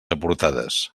aportades